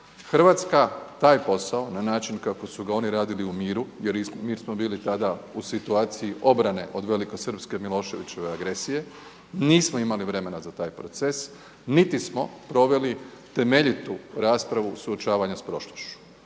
Hrvatska taj posao na način kako su ga oni radili u miru, jer mi smo bili tada u situaciji obrane od velikosrpske Miloševićeve agresije, nismo imali vremena za taj proces niti smo proveli temeljitu raspravu suočavanja s prošlošću.